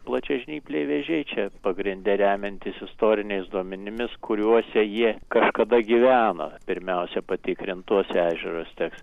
plačiažnypliai vėžiai čia pagrinde remiantis istoriniais duomenimis kuriuose jie kažkada gyveno pirmiausia patikrint tuos ežerus teks